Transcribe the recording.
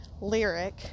Lyric